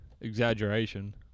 Exaggeration